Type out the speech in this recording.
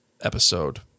episode